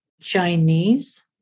chinese